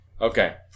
Okay